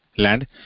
land